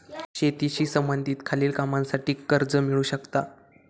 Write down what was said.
शेतीशी संबंधित खालील कामांसाठी कर्ज मिळू शकता